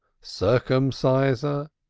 circumciser,